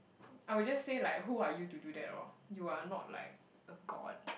I would just say like who are you to do that lor you are not like a god